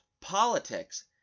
politics